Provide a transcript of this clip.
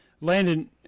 landon